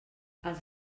els